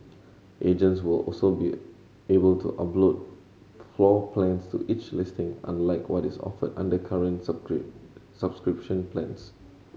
agents will also be able to upload floor plans to each listing unlike what is offered under current subscription plans